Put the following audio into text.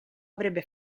avrebbe